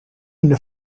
une